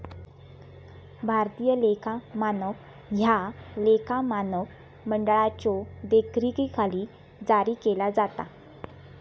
भारतीय लेखा मानक ह्या लेखा मानक मंडळाच्यो देखरेखीखाली जारी केला जाता